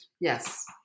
Yes